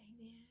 Amen